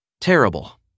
terrible